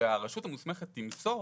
כשהרשות המוסמכת תמסור,